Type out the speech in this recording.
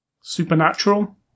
supernatural